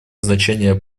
значение